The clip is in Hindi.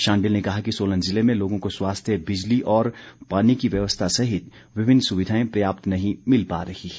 शांडिल ने कहा कि सोलन जिले में लोगों को स्वास्थ्य बिजली और पानी की व्यवस्था सहित विभिन्न सुविधाएं पर्याप्त नही मिल पा रही है